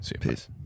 Peace